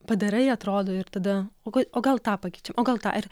padarai atrodo ir tada o gal o gal tą pakeičiam o gal tą ir